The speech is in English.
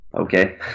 Okay